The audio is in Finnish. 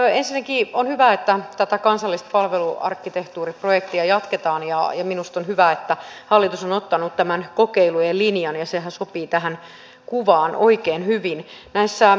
ensinnäkin on hyvä että tätä kansallista palveluarkkitehtuuriprojektia jatketaan ja minusta on hyvä että hallitus on ottanut tämän kokeilujen linjan sehän sopii tähän kuvaan oikein hyvin